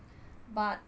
but